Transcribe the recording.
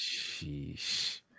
Sheesh